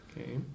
Okay